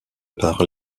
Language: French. part